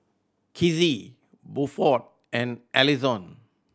Kizzie Buford and Allyson